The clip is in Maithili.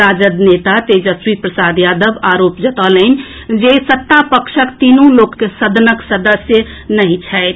राजद नेता तेजस्वी प्रसाद यादव आरोप लगौलनि जे सत्ता पक्षक तीनू लोकनि सदनक सदस्य नहि छथि